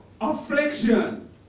Affliction